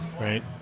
right